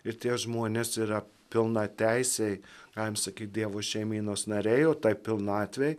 ir tie žmonės yra pilnateisiai galime sakyti dievo šeimynos nariai o tai pilnatvei